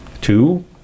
Two